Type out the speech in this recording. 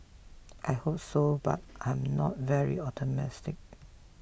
I hope so but I am not very optimistic